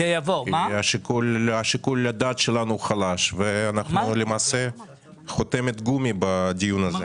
שיקול הדעת שלנו הוא חלש ואנחנו למעשה חותמת גומי בדיון הזה.